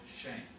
shame